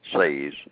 says